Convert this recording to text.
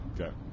Okay